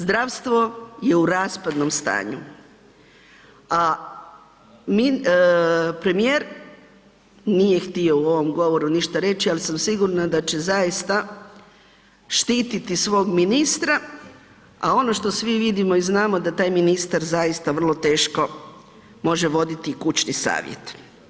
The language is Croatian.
Zdravstvo je u raspadnom stanju, a mi, premijer nije htio u ovom govoru ništa reći, al sam sigurna da će zaista štititi svog ministra, a ono što svi vidimo i znamo da taj ministar zaista vrlo teško može voditi i kućni savjet.